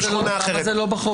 לא בחוק.